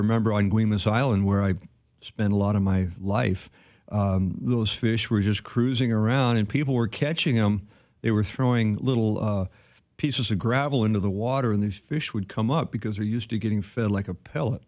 remember on going this island where i spent a lot of my life those fish were just cruising around and people were catching him they were throwing little pieces of gravel into the water and the fish would come up because they're used to getting fed like a pellet